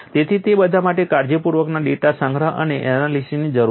તેથી તે બધા માટે કાળજીપૂર્વકના ડેટા સંગ્રહ અને એનાલિસીસની જરૂર છે